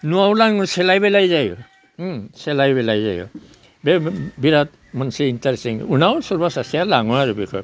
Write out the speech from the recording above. न'आव लांनो सेलाय बेलाय जायो सेलाय बेलाय जायो बे बेराद मोनसे इन्ट्रेस्ट जायो उनाव सोरबा सासेया लाङो आरो बेखो